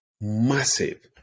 massive